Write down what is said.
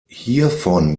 hiervon